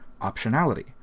optionality